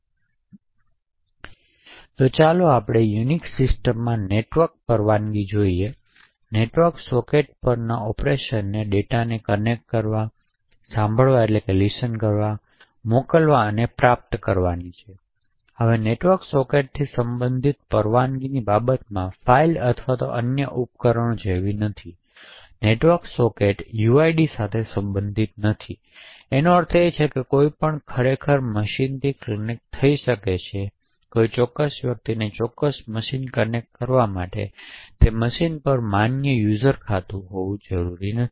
તો ચાલો આપણે યુનિક્સ સિસ્ટમમાં નેટવર્ક પરવાનગી જોઈએ નેટવર્ક સોકેટ પર ઑપરેશનને ડેટાને કનેક્ટ કરવા સાંભળવા મોકલવા અને પ્રાપ્ત કરવાની છે હવે નેટવર્ક સોકેટ્સથી સંબંધિત પરવાનગીની બાબતમાં ફાઇલો અથવા અન્ય ઉપકરણો જેવી નથી નેટવર્ક સોકેટ્સ uid સાથે સંબંધિત નથી તેથી આનો અર્થ એ છે કે કોઈ પણ ખરેખર મશીનથી કનેક્ટ થઈ શકે છે કોઈ ચોક્કસ વ્યક્તિને ચોક્કસ મશીન કરવા માટે કનેક્ટ થવા માટે તે મશીન પર માન્ય યુઝર ખાતું હોવું જરૂરી નથી